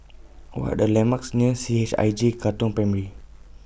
What Are The landmarks near C H I J Katong Primary